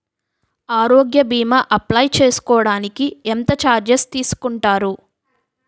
ఆరోగ్య భీమా అప్లయ్ చేసుకోడానికి ఎంత చార్జెస్ తీసుకుంటారు?